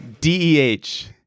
D-E-H